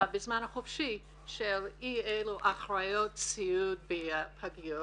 בזמן החופשי עם אי אילו אחיות אחראיות בפגיות